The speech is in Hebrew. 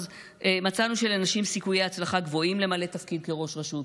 אז מצאנו שלנשים סיכויי הצלחה גבוהים למלא תפקיד כראש רשות.